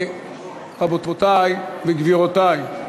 רבותי וגבירותי,